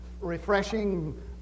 refreshing